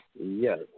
Yes